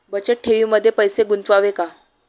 बचत ठेवीमध्ये पैसे गुंतवावे का?